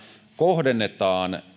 kohdennetaan